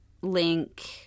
link